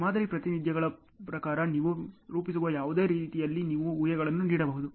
ಮಾದರಿ ಪ್ರಾತಿನಿಧ್ಯಗಳ ಪ್ರಕಾರ ನೀವು ರೂಪಿಸುವ ಯಾವುದೇ ರೀತಿಯಲ್ಲಿ ನೀವು ಊಹೆಗಳನ್ನು ನೀಡಬಹುದು